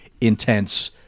intense